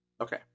Okay